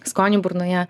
skonį burnoje